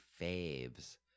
faves